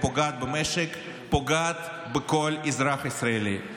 פוגעת במשק ופוגעת בכל אזרח ישראלי.